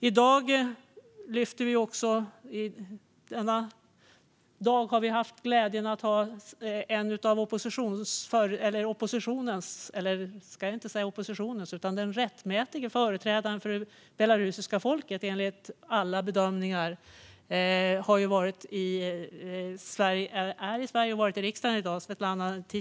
I dag har vi också haft glädjen att ha haft besök av den som enligt alla bedömningar är den rättmätige företrädaren för det belarusiska folket. Svetlana Tichanovskaja är ju i Sverige och har varit i riksdagen i dag.